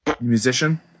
Musician